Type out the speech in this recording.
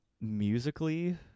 musically